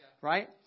right